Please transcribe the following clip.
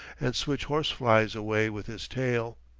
and switch horseflies away with his tail.